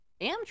Amtrak